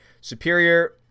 superior